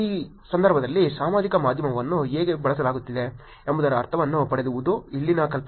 ಈ ಸಂದರ್ಭದಲ್ಲಿ ಸಾಮಾಜಿಕ ಮಾಧ್ಯಮವನ್ನು ಹೇಗೆ ಬಳಸಲಾಗುತ್ತಿದೆ ಎಂಬುದರ ಅರ್ಥವನ್ನು ಪಡೆಯುವುದು ಇಲ್ಲಿಯ ಕಲ್ಪನೆ